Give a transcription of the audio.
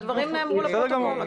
הדברים נאמרו לפרוטוקול.